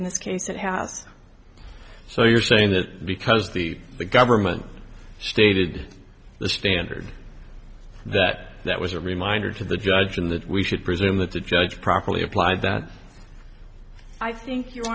in this case it has so you're saying that because the government stated the standard that that was a reminder to the judge and that we should presume that the judge properly applied that i think your